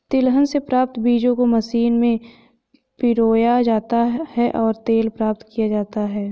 तिलहन से प्राप्त बीजों को मशीनों में पिरोया जाता है और तेल प्राप्त किया जाता है